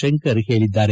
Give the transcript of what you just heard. ಶಂಕರ್ ಹೇಳಿದ್ದಾರೆ